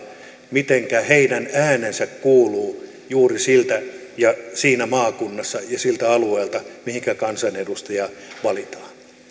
mitenkä heidän äänensä kuuluu juuri siinä maakunnassa ja siltä alueelta mistä kansanedustaja valitaan